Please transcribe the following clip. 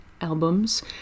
albums